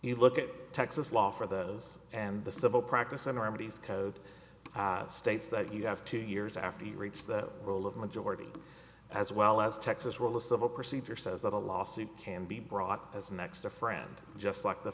you look at texas law for those and the civil practice enormities code states that you have two years after you reach the rule of majority as well as texas where the civil procedure says that a lawsuit can be brought as next a friend just like the